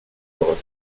loro